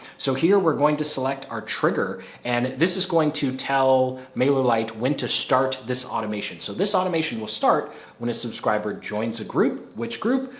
so here we're going to select our trigger and this is going to tell mailer light went to start this automation. so this automation will start when a subscriber joins a group, which group?